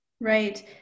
right